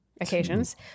Occasions